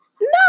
No